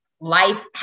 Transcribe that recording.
life